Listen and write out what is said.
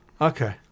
Okay